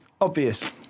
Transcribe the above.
Obvious